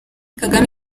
kagame